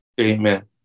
Amen